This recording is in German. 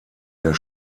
der